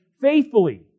faithfully